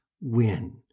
win